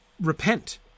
repent